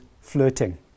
flirting